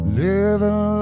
living